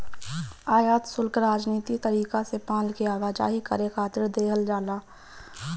आयात शुल्क राजनीतिक तरीका से माल के आवाजाही करे खातिर देहल जाला